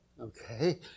Okay